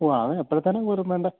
ഓ അത് ഏപ്പോഴത്തെനാകും പോലും വേണ്ടത്